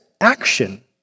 action